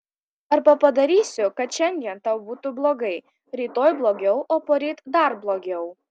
arba padarysiu kad šiandien tau būtų blogai rytoj blogiau o poryt dar blogiau